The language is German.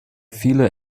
viele